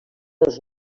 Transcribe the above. els